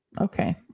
Okay